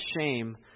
shame